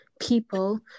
people